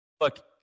look